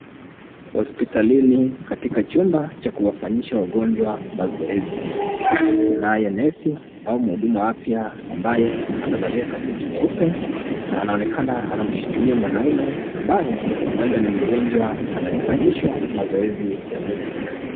Hospitalini, katika chumba cha kuwafanyisha wagonjwa mazoezi. Kunaye nesi au mhudumu wa afya ambaye amevalia kabuti nyeupe na anaonekana anashikilia mwanaume, ambaye huenda ni mgonjwa anayefanyishwa mazoezi ya mwili.